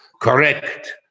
correct